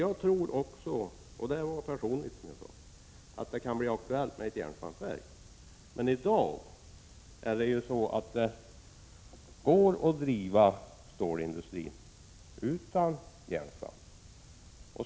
Jag tror också — det är min personliga uppfattning — att det kan bli aktuellt med ett järnsvampsverk, men i dag går det ju att driva stålindustrin utan järnsvamp.